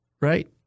right